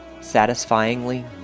Satisfyingly